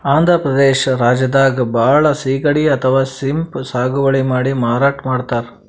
ಆಂಧ್ರ ಪ್ರದೇಶ್ ರಾಜ್ಯದಾಗ್ ಭಾಳ್ ಸಿಗಡಿ ಅಥವಾ ಶ್ರೀಮ್ಪ್ ಸಾಗುವಳಿ ಮಾಡಿ ಮಾರಾಟ್ ಮಾಡ್ತರ್